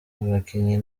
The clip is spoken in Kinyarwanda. nabakinnyi